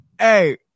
Hey